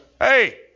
hey